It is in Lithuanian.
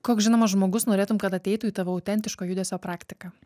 koks žinomas žmogus norėtum kad ateitų į tavo autentiško judesio praktiką